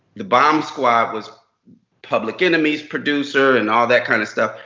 the bomb squad was public enemy's producer and all that kind of stuff.